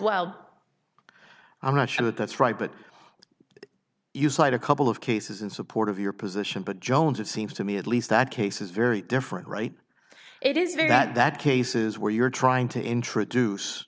well i'm not sure that that's right but you cite a couple of cases in support of your position but jones it seems to me at least that case is very different right it is very that that cases where you're trying to introduce